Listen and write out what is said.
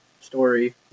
story